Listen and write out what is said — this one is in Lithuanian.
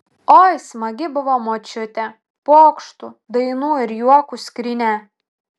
oi smagi buvo močiutė pokštų dainų ir juokų skrynia